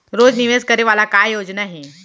रोज निवेश करे वाला का योजना हे?